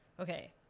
okay